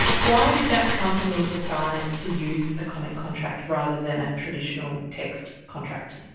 why did that company decide to use a comic contract rather than a traditional text contract?